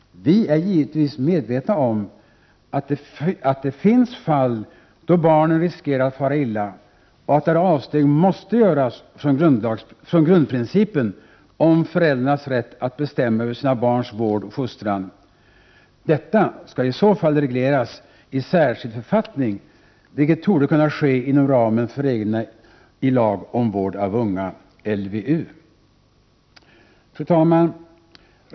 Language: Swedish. Vi är givetvis medvetna om att det finns fall då barnen riskerar att fara illa och där avsteg måste göras från grundprincipen om föräldrarnas rätt att bestämma över sina barns vård och fostran. Detta skall i så fall regleras i särskild författning, vilket torde kunna ske inom ramen för reglerna i lag om vård av unga, LVU. Fru talman!